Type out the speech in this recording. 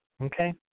Okay